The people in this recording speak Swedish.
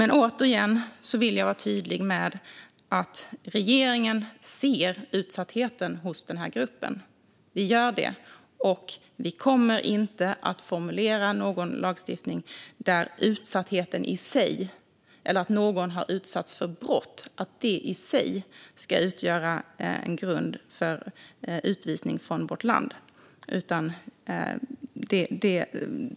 Låt mig åter vara tydlig med att regeringen ser utsattheten hos denna grupp, och vi kommer inte att formulera någon lagstiftning där utsattheten i sig eller att någon utsatts för brott i sig ska utgöra en grund för utvisning från vårt land.